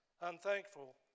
unthankful